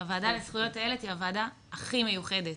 שהוועדה לזכויות הילד היא הוועדה הכי מיוחדת